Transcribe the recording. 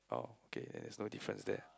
oh okay then there's no difference there